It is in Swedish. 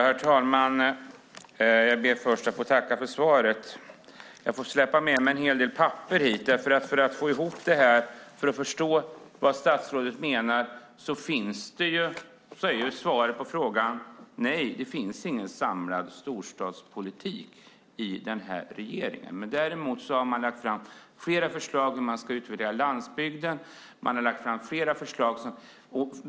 Herr talman! Jag ber först att få tacka för svaret. Jag får släpa med mig en hel del papper hit för att få ihop detta och förstå vad statsrådet menar. Svaret på frågan är: Nej, det finns ingen samlad storstadspolitik i regeringen. Däremot har man lagt fram flera förslag om hur man ska utvärdera landsbygden.